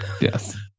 Yes